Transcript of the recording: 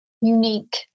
unique